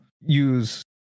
use